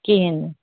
کِہیٖنٛۍ نہٕ